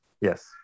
Yes